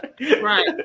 Right